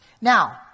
Now